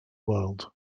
world